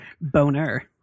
Boner